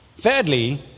Thirdly